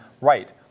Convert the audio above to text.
right